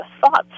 thoughts